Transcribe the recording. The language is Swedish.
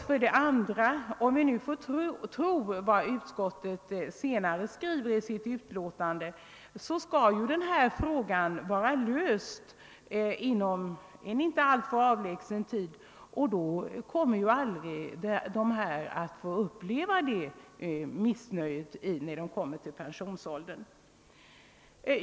Vidare skall ju denna fråga vara löst inom en inte alltför avlägsen framtid — om man skall tro vad utskottet skriver litet senare i sitt utlåtande — och då kommer ju ve derbörande aldrig att få uppleva något missnöje, när de kommit till pensionsåldern.